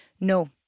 No